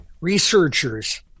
Researchers